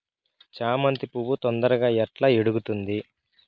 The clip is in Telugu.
చామంతి పువ్వు తొందరగా ఎట్లా ఇడుగుతుంది?